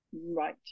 right